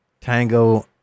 tango